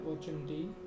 opportunity